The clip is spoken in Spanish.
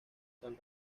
san